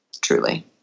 truly